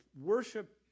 worship